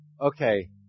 okay